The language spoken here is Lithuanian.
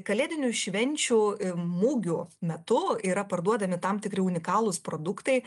kalėdinių švenčių mugių metu yra parduodami tam tikri unikalūs produktai